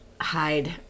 hide